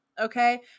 okay